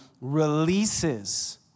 releases